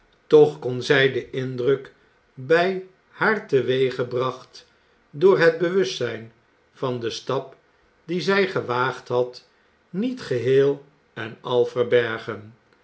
toch kon zij den indruk bij haar teweeggebracht door het bewustzijn van den stap dien zij gewaagd had niet geheel en al verbergen